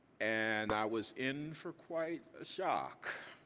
and i was in for quite a shock.